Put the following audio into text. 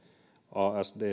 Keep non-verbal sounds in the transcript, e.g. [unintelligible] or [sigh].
asdb [unintelligible]